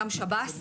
גם שב"ס,